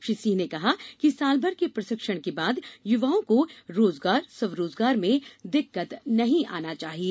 श्री सिंह ने कहा कि सालभर के प्रशिक्षण के बाद युवाओं को रोजगारस्व रोजगार में दिक्कत नहीं आना चाहिये